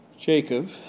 Jacob